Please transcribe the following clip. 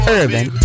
urban